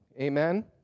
Amen